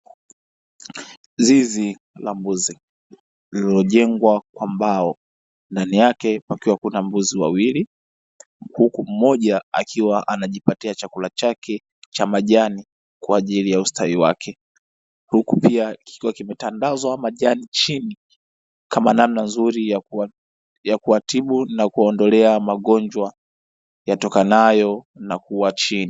Zizi la mbuzi lililo jengwa kwa mbao ndani yake kukiwa na mbuzi wawili huku mmoja akiwa anajipatia chakula chake cha majani kwa ajili ya ustawi wake, huku pia kikiwa kimetandazwa majani chini kama namna nzuri ya kuwatibu na kuwaondolea magonjwa yatokanayo na kuwa chini.